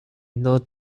not